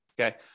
okay